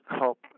help